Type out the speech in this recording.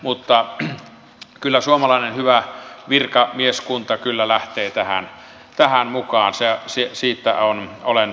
mutta kyllä suomalainen hyvä virkamieskunta lähtee tähän mukaan siitä olen täysin vakuuttunut